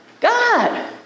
God